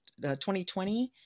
2020